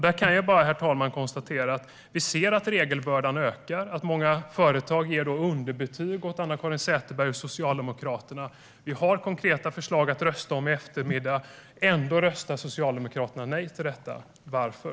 Där kan jag konstatera, herr talman, att vi ser att regelbördan ökar och att många företag ger underbetyg åt AnnaCaren Sätherberg och Socialdemokraterna. Vi har konkreta förslag att rösta om i eftermiddag; ändå röstar Socialdemokraterna nej till dem. Varför?